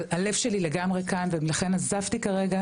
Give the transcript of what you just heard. אבל הלב שלי לגמרי כאן וגם אספתי כרגע